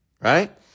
right